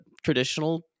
Traditional